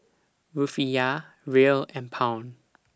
Rufiyaa Riel and Pound